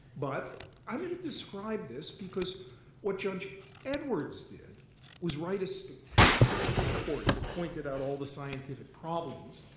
but i didn't describe this because what judge edwards did was write a spectacular report that pointed out all the scientific problems.